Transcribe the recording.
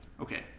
okay